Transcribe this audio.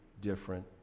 different